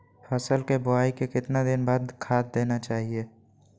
फसल के बोआई के कितना दिन बाद खाद देना चाइए?